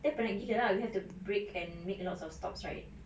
dia penat gila ah you have to break and make lots of stops right